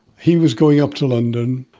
he was going up to london,